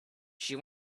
she